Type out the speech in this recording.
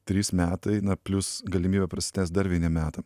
trys metai na plius galimybė prastęst dar vieniem metam